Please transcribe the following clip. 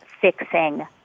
fixing